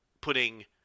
putting